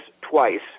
twice